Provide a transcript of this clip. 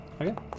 Okay